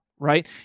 right